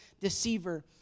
deceiver